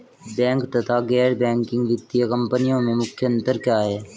Bank तथा गैर banking वित्तीय कंपनियों में मुख्य अंतर क्या है?